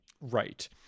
Right